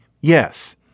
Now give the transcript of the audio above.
yes